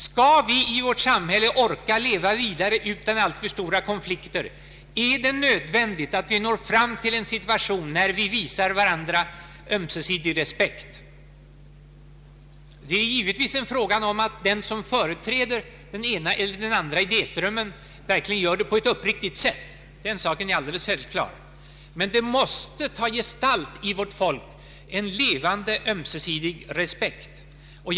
Skall vi i vårt samhälle orka leva vidare utan alltför stora konflikter, är det nödvändigt att vi når fram till en situation där vi visar varandra ömsesidig respekt. Det är givetvis inte fråga om annat än att den som företräder den ena eller den andra idéströmmen verkligen gör det på ett uppriktigt sätt — den saken är alldeles självklar — men en levande ömsesidig respekt måste ta gestalt inom vårt folk.